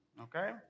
okay